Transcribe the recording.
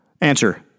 Answer